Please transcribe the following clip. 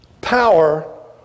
power